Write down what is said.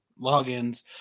logins